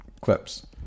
clips